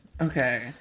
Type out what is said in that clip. Okay